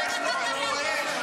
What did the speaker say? אתה צריך לצאת מהמליאה,